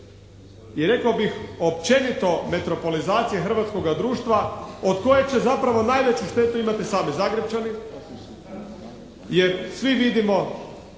i rekao bih općenito metropolizacije hrvatskoga društva od koje će zapravo najveću štetu imati sami Zagrepčani, jer svi vidimo